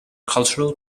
cultural